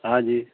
हांजी